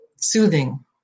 soothing